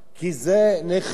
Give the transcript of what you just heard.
כי זה נכס